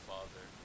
Father